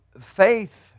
faith